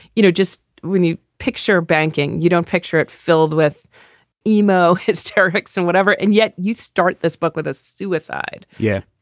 you know, just when you picture banking, you don't picture it filled with emo hysterics and whatever. and yet you start this book with a suicide yeah.